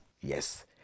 Yes